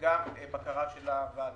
וגם בקרה של הוועדה.